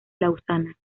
lausana